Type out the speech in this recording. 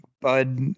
Bud